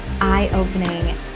eye-opening